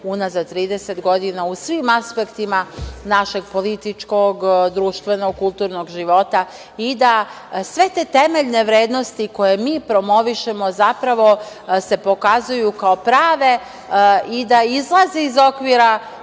unazad 30 godina u svim aspektima našeg političkog, društvenog, kulturnog života i da sve te temeljne vrednosti koje mi promovišemo zapravo se pokazuju kao prave i da izlaze iz okvira